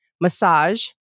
Massage